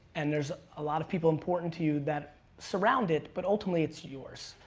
and there's a lot of people important to you that surround it, but ultimately it's yours.